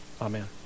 Amen